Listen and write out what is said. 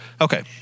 Okay